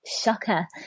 shocker